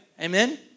Amen